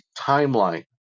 timeline